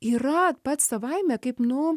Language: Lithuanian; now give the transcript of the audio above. yra pats savaime kaip nu